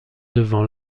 devant